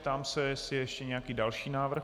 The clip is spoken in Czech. Ptám se, jestli je ještě nějaký další návrh.